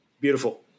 beautiful